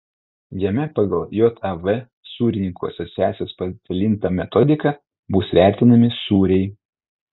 jame pagal jav sūrininkų asociacijos pasidalintą metodiką bus vertinami sūriai